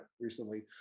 recently